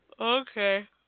Okay